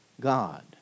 God